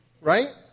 Right